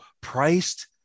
priced